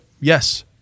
yes